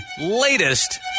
latest